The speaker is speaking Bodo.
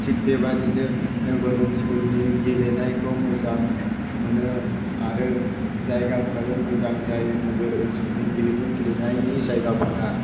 थिग बेबादिनो नोगोर ओनसोलनि गेलेनायखौ मोजां मोनो आरो जायगाफ्राबो मोजां जायो नोगोर ओनसोलनि गेलेमु गेलेनायनि जायगाफोरा